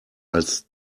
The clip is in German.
als